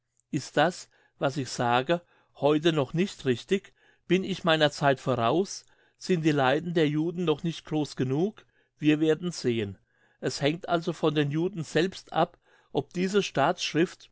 ist das was ich sage heute noch nicht richtig bin ich meiner zeit voraus sind die leiden der juden noch nicht gross genug wir werden sehen es hängt also von den juden selbst ab ob diese